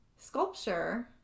sculpture